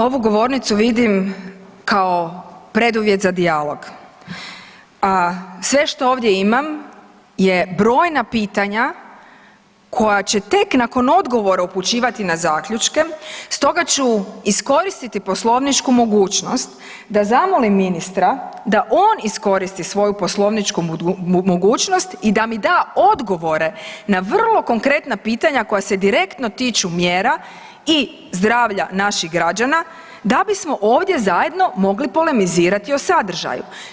Ovu govornicu vidim kao preduvjet za dijalog a sve što ovdje imam je brojna pitanja će tek nakon odgovora upućivati na zaključke, stoga ću iskoristiti poslovničku mogućnost da zamolim ministra da on iskoristi svoju poslovničku mogućnost i da mi da odgovore na vrlo konkretna pitanja koja se direktno tiču mjera i zdravlja naših građana da bismo ovdje zajedno mogli polemizirati o sadržaju.